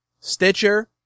Stitcher